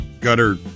gutter